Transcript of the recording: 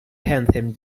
anthem